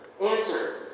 Answer